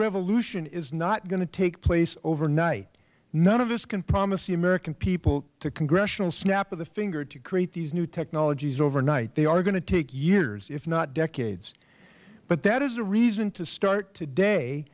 revolution is not going to take place overnight none of us can promise the american people the congressional snap of the finger to create the new technologies over night they are going to take years if not decades that is a reason to start today